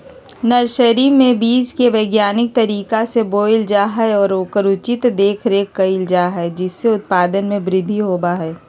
nursery में बीज के वैज्ञानिक तरीका से बोयल जा हई और ओकर उचित देखरेख कइल जा हई जिससे उत्पादन में वृद्धि होबा हई